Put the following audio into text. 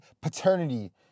paternity